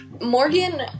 morgan